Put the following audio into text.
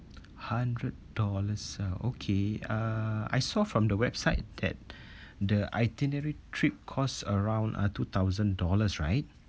hundred dollars ah okay uh I saw from the website that the itinerary trip cost around or two thousand dollars right